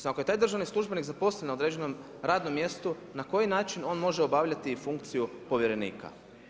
Ako je taj državni službenik zaposlen na određenom radnom mjestu, na koji način on može obavljati funkciju povjerenika?